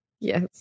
yes